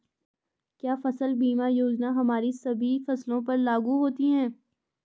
क्या फसल बीमा योजना हमारी सभी फसलों पर लागू होती हैं?